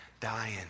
dying